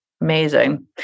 Amazing